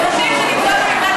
תשנה את החוק.